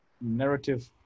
narrative